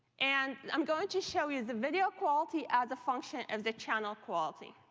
and i'm going to show you the video quality as a function of the channel quality.